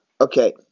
Okay